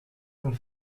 and